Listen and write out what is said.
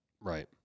Right